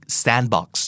sandbox